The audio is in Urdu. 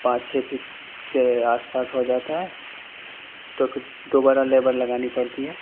پانچ چھ فٹ کے آس پاس ہو جاتا ہے تو پھر دوبارہ لیبر لگانی پرتی ہیں